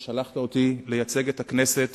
על ששלחת אותי לייצג את הכנסת